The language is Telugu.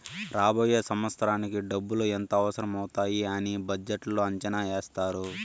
రాబోయే సంవత్సరానికి డబ్బులు ఎంత అవసరం అవుతాది అని బడ్జెట్లో అంచనా ఏత్తారు